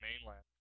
mainland